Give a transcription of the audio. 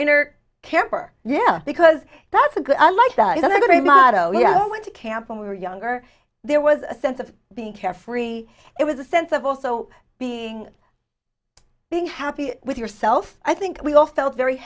inner kemper yeah because that's a good unlike the other is not oh yeah i went to camp when we were younger there was a sense of being carefree it was a sense of also being being happy with yourself i think we all felt very